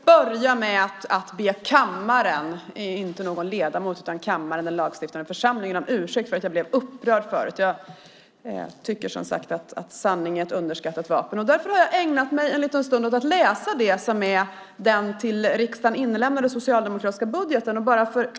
Herr talman! Jag vill börja med att be kammaren, inte någon ledamot utan kammaren, den lagstiftande församlingen, om ursäkt för att jag blev upprörd förut. Jag tycker att sanningen är ett underskattat vapen. Därför har jag ägnat mig en liten stund åt att läsa det till riksdagen inlämnade socialdemokratiska förslaget till budgeten.